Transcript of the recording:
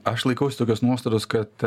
aš laikaus tokios nuostatos kad